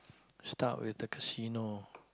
start with the casino